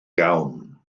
iawn